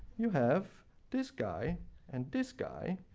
you have this guy and this guy,